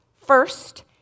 First